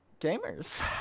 Gamers